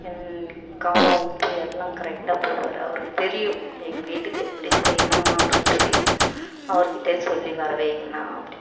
என் காரம் உப்பு எல்லாம் கரெக்டாக போடுவார் அவருக்குத் தெரியும் எங்கள் வீட்டுக்கு எப்படி செய்யணுன்னு அவருக்குத் தெரியும் அவருக்கிட்ட சொல்லி வர வைங்கண்ணா அப்படி